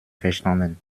verstanden